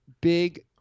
big